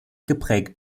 geprägt